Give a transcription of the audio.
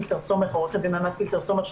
עו"ד ענת פילצר סומך,